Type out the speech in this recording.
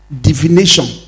divination